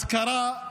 אז קרה.